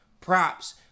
props